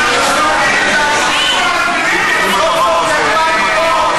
לא להפריע לראש הממשלה.